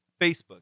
Facebook